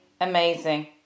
amazing